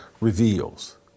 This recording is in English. reveals